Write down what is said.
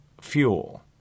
fuel